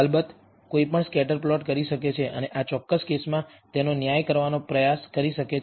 અલબત્ત કોઈપણ scatter plot કરી શકે છે અને આ ચોક્કસ કેસમાં તેનો ન્યાય કરવાનો પ્રયાસ કરી શકે છે